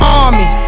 army